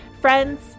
Friends